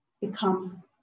become